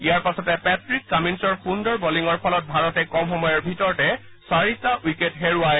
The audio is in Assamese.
ইয়াৰ পাছতে পেকট্ৰিক কামিলৰ সুন্দৰ বলিঙৰ ফলত ভাৰতে কম সময়ৰ ভিতৰতে চাৰিটা উইকেট হেৰুৱায়